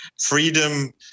freedom